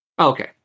Okay